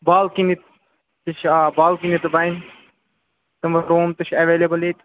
balcony تہِ چھِ آ بالکنی تہِ بَنہِ تَمہِ روٗم تہِ چھِ ایٚویلیبُل ییٚتہِ